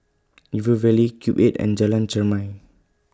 River Valley Cube eight and Jalan Chermai